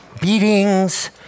beatings